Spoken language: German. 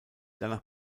danach